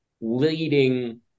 leading